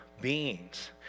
beings